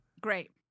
Great